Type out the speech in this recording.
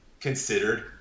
considered